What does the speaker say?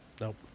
Nope